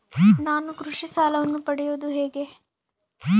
ನಾನು ಕೃಷಿ ಸಾಲವನ್ನು ಪಡೆಯೋದು ಹೇಗೆ?